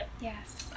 yes